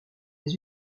les